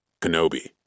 Kenobi